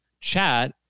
chat